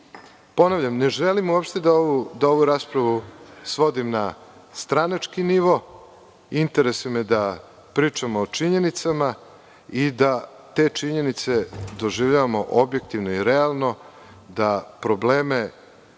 nalazi. Ponavljam, ne želim uopšte da ovu raspravu svodim na stranački nivo. Interesuje me da pričamo o činjenicama i da te činjenice doživljavamo objektivno i realno, da probleme